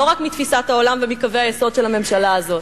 לא רק מתפיסת העולם ומקווי היסוד של הממשלה הזאת.